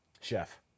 Chef